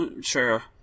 Sure